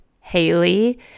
Haley